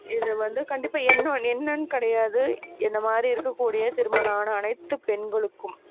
இது வந்து கண்டிப்பாக என்ன என்னன்னு கிடையாது என்னை மாதிரி இருக்கக்கூடிய திருமணம் ஆன அனைத்து பெண்களுக்கும்